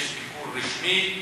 כשיש ביקור רשמי,